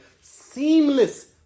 Seamless